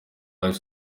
life